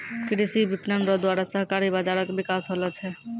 कृषि विपणन रो द्वारा सहकारी बाजारो के बिकास होलो छै